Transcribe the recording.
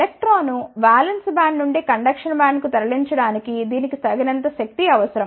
ఎలక్ట్రాన్ను valence band నుండి conduction బ్యాండ్కు తరలించడానికి దీనికి తగినంత శక్తి అవసరం